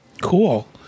cool